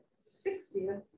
sixtieth